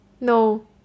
no